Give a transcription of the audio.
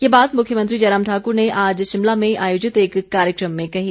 ये बात मुख्यमंत्री जयराम ठाकुर ने आज शिमला में आयोजित एक कार्यक्रम में कही